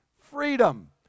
freedom